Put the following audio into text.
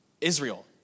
Israel